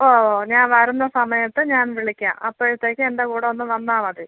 ഓ ഓ ഞാൻ വരുന്ന സമയത്ത് ഞാൻ വിളിക്കാം അപ്പോഴത്തേക്കും എൻ്റെ കൂട ഒന്ന് വന്നാൽ മതി